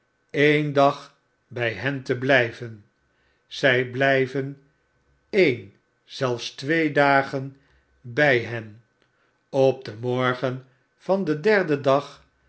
een dag by hen te blijven zy bly ven een zelfs twee dagen by hen op den morgen van den derden dag